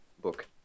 book